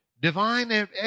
divine